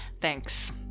thanks